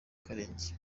karenge